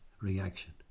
reaction